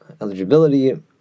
eligibility